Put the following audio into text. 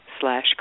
slash